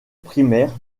primaire